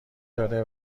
داره